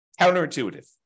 Counterintuitive